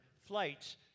flights